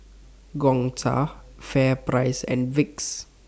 Gongcha FairPrice and Vicks